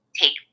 take